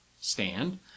stand